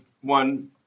one